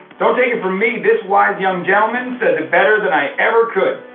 don't take it from me. this wise young gentleman says it better than i ever could.